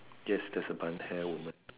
yes there's a bun hair woman